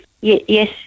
yes